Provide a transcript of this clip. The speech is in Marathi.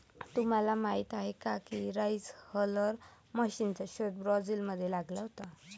तुम्हाला माहीत आहे का राइस हलर मशीनचा शोध ब्राझील मध्ये लागला होता